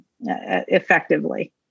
effectively